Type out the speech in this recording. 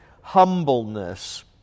humbleness